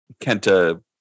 Kenta